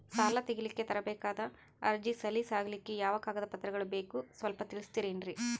ಸಾಲ ತೆಗಿಲಿಕ್ಕ ತರಬೇಕಾದ ಅರ್ಜಿ ಸಲೀಸ್ ಆಗ್ಲಿಕ್ಕಿ ಯಾವ ಕಾಗದ ಪತ್ರಗಳು ಬೇಕು ಸ್ವಲ್ಪ ತಿಳಿಸತಿರೆನ್ರಿ?